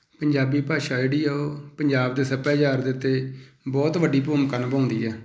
ਪੰਜਾਬੀ ਭਾਸ਼ਾ ਜਿਹੜੀ ਆ ਉਹ ਪੰਜਾਬ ਦੇ ਸੱਭਿਆਚਾਰ ਦੇ ਉੱਤੇ ਬਹੁਤ ਵੱਡੀ ਭੂਮਿਕਾ ਨਿਭਾਉਂਦੀ ਆ